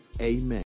amen